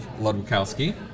Ludwikowski